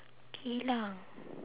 geylang